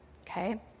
Okay